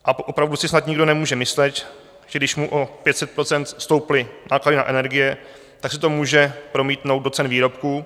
A opravdu si snad nikdo nemůže myslet, že když mu o 500 % stouply náklady na energie, tak se to může promítnout do cen výrobků.